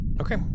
Okay